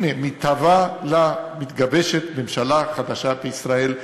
הנה, מתהווה לה, מתגבשת ממשלה חדשה בישראל.